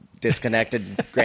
disconnected